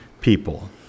people